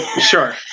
Sure